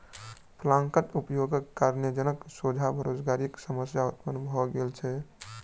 प्लांटरक उपयोगक कारणेँ जनक सोझा बेरोजगारीक समस्या उत्पन्न भ गेल छै